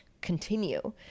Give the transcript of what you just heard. continue